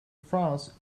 france